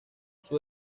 sus